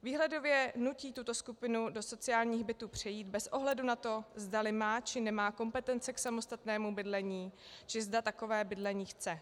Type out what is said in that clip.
Výhledově nutí tuto skupinu do sociálních bytů přejít bez ohledu na to, zdali má, či nemá kompetence k samostatnému bydlení či zda takové bydlení chce.